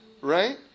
right